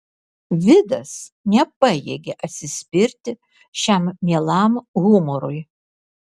vidas nepajėgė atsispirti šiam mielam humorui